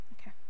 Okay